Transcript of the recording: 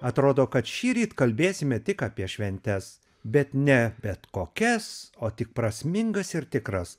atrodo kad šįryt kalbėsime tik apie šventes bet ne bet kokias o tik prasmingas ir tikras